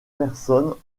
personnes